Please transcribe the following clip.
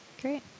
Great